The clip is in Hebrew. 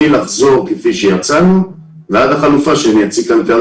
מלחזור כפי שיצאנו ועד החלופה שאני אציג עכשיו,